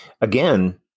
again